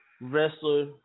wrestler